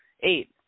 Eight